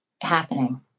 happening